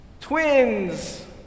Twins